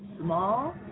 small